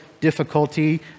difficulty